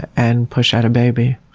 and push out a baby.